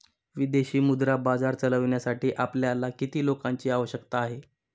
विदेशी मुद्रा बाजार चालविण्यासाठी आपल्याला किती लोकांची आवश्यकता आहे?